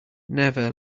never